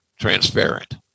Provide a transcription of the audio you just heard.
transparent